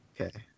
Okay